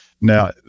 Now